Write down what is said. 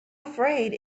afraid